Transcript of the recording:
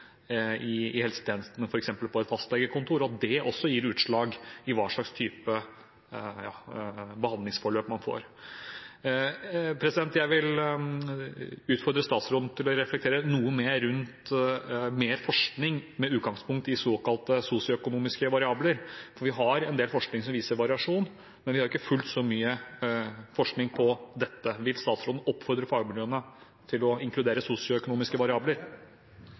i helsetjenesten, f.eks. på et fastlegekontor, og at det også gir seg utslag i hva slags type behandlingsforløp man får. Jeg vil utfordre statsråden til å reflektere noe mer rundt mer forskning, med utgangspunkt i såkalt sosioøkonomiske variabler. Vi har en del forskning som viser variasjon, men vi har ikke fullt så mye forskning om dette. Vil statsråden oppfordre fagmiljøene til å inkludere sosioøkonomiske variabler?